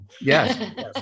yes